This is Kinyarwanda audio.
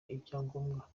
ibyangombwa